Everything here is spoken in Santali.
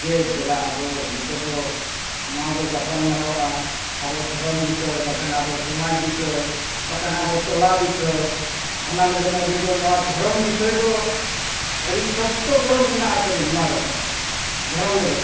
ᱡᱮ ᱫᱮᱞᱟ ᱟᱵᱚ ᱱᱤᱛᱳᱜ ᱫᱚ ᱱᱚᱣᱟ ᱵᱚ ᱜᱟᱯᱟᱞ ᱢᱟᱨᱟᱣᱚᱜᱼᱟ ᱟᱵᱚ ᱫᱷᱚᱨᱚᱢ ᱵᱤᱥᱚᱭ ᱵᱟᱠᱷᱟᱱ ᱟᱵᱚ ᱥᱚᱢᱟᱡᱽ ᱵᱤᱥᱚᱭ ᱵᱟᱠᱷᱟᱱ ᱟᱵᱚ ᱴᱚᱞᱟ ᱵᱤᱥᱚᱭ ᱚᱱᱟ ᱞᱟᱹᱜᱤᱫ ᱟᱹᱞᱤᱧ ᱫᱚ ᱱᱚᱣᱟ ᱫᱷᱚᱨᱚᱢ ᱵᱤᱥᱚᱭ ᱫᱚ ᱟᱹᱰᱤ ᱥᱚᱠᱛᱚ ᱜᱚᱨᱚᱵᱽ ᱢᱮᱱᱟᱜᱼᱟ ᱛᱟᱹᱞᱤᱧ ᱱᱚᱣᱟ ᱨᱮᱫᱚ ᱫᱷᱚᱨᱚᱢ ᱞᱟᱹᱜᱤᱫ ᱫᱚ